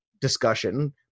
discussion